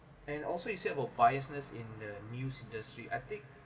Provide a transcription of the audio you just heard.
and also he said about biasness in the news industry I think